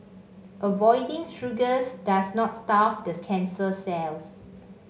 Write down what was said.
avoiding sugars does not starve this cancer cells